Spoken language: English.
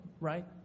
right